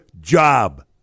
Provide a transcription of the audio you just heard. job